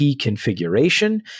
configuration